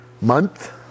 month